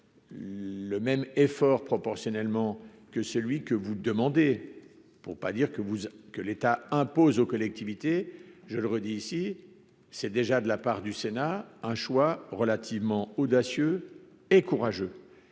le même effort proportionnellement que celui que vous demandez, pour pas dire que vous que l'État impose aux collectivités, je le redis ici, c'est déjà de la part du sénat un choix relativement audacieux et courageux,